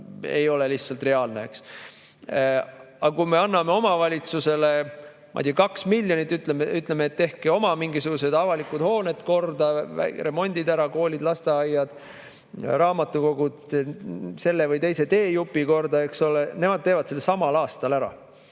ei ole lihtsalt reaalne. Aga kui me anname omavalitsusele 2 miljonit ja ütleme, et tehke oma mingisugused avalikud hooned korda, remontige ära koolid, lasteaiad, raamatukogud, tehke see või teine teejupp korda, eks ole, siis nemad teevadki selle samal aastal ära.